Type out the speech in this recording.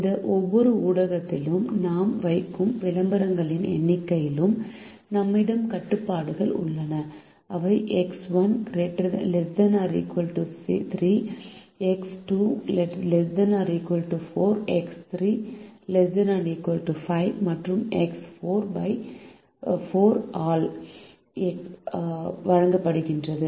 இந்த ஒவ்வொரு ஊடகத்திலும் நாம் வைக்கும் விளம்பரங்களின் எண்ணிக்கையிலும் நம்மிடம் கட்டுப்பாடுகள் உள்ளன அவை எக்ஸ் 1 ≤ 3 எக்ஸ் 2 ≤ 4 எக்ஸ் 3 ≤ 5 மற்றும் எக்ஸ் 4 by 4 ஆல் X1 ≤ 3 X2 ≤ 4 X3 ≤ 5 X4 ≤ 4 வழங்கப்படுகின்றன